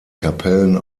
kapellen